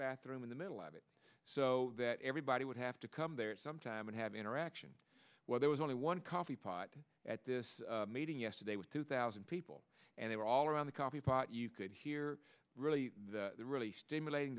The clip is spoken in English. bathroom in the middle of it so that everybody would have to come there sometime and have interaction where there was only one coffee pot at this meeting yesterday with two thousand people and they were all around the coffee pot you could hear really really stimulating